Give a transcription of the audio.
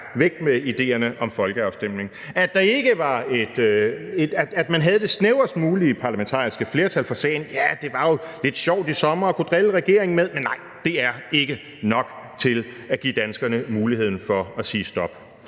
væk med idéerne om folkeafstemning. At man havde det snævrest mulige parlamentariske flertal for sagen, var jo lidt sjovt i sommer at kunne drille regeringen med, men nej, det er ikke nok til at give danskerne muligheden for at sige stop.